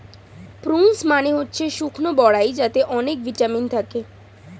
prunes মানে হচ্ছে শুকনো বরাই যাতে অনেক ভিটামিন থাকে